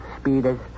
speeders